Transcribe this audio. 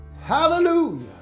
hallelujah